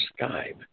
Skype